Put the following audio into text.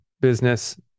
business